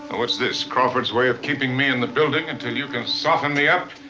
what's this? crawford's way of keeping me in the building until you can soften me up?